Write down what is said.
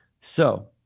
So-